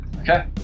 Okay